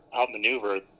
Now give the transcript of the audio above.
outmaneuver